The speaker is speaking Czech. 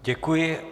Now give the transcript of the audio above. Děkuji.